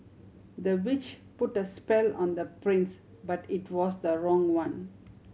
the witch put a spell on the prince but it was the wrong one